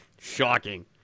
Shocking